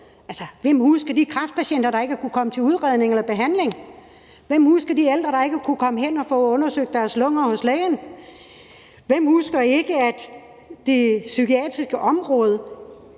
hvem husker ikke de kræftpatienter, der ikke har kunnet komme til udredning eller behandling? Hvem husker ikke de ældre, der ikke har kunnet komme hen og få undersøgt deres lunger hos lægen? Hvem husker ikke, at det psykiatriske område